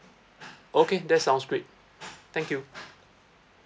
okay that sounds great thank you